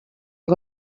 ngo